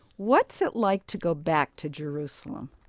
what's it like to go back to jerusalem?